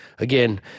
Again